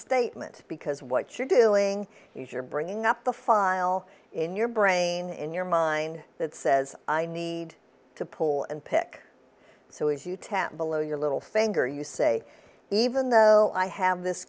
statement because what you're doing is you're bringing up the file in your brain in your mind that says i need to pull and pick so as you tap below your little finger you say even though i have this